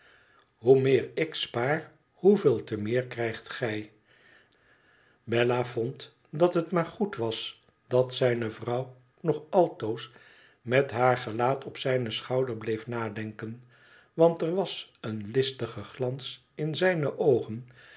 hoe meer ik spaar zooveel te meer krijgt gij bella vond dat het maar goed was dat zijne vrouw nog altoos met haar gelaat op zijn schouder bleef nadenken want er was een listige glans in zijne oogen